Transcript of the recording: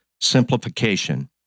simplification